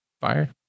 fire